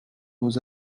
nos